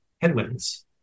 headwinds